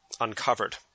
uncovered